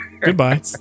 Goodbye